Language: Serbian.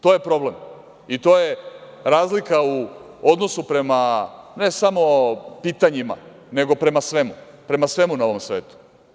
To je problem i to je razlika u odnosu prema ne samo pitanjima, nego prema svemu, prema svemu na ovom svetu.